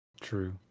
True